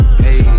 hey